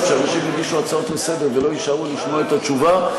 שאנשים יגישו הצעות לסדר-היום ולא יישארו לשמוע את התשובה.